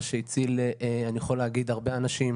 מה שהציל, אני יכול להגיד, הרבה אנשים.